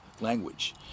language